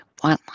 one